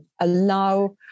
allow